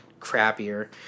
crappier